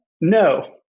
No